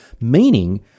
meaning